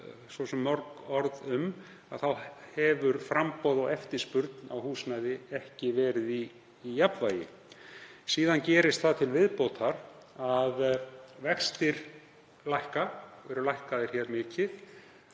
svo mörg orð um, þá hefur framboð og eftirspurn eftir húsnæði ekki verið í jafnvægi. Síðan gerist það til viðbótar að vextir lækka, voru lækkaðir hér mikið,